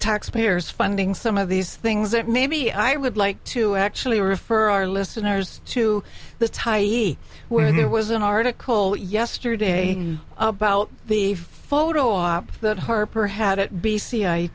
tax payers funding some of these things that maybe i would like to actually refer our listeners to the tyee when there was an article yesterday about the photo op that harper had at b c i